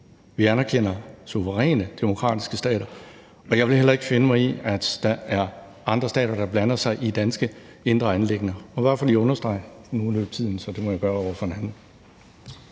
vi anerkender suveræne demokratiske stater. Jeg vil heller ikke finde mig i, at der er andre stater, der blander sig i danske indre anliggender. Det var bare for lige at understrege det, men nu er tiden løbet, så det må jeg gøre over for en anden.